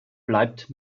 bleibt